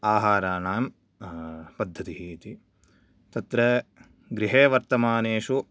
आहाराणां पद्धतिः इति तत्र गृहे वर्तमानेषु